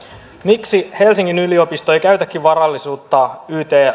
miksi helsingin yliopisto ei käytä varallisuutta yt